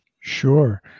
Sure